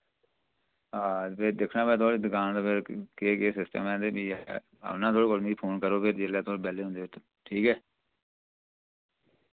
हां ते फिर दिक्खना मैं थोआड़ी दुकान ते फिर केह् केह् सिस्टम ऐ ते फ्ही औना थुआढ़े कोल मि फोन करो फिर जिस्लै तुस बैल्ले होंदे ठीक ऐ